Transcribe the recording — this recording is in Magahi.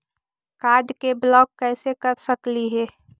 कार्ड के ब्लॉक कैसे कर सकली हे?